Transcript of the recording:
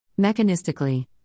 Mechanistically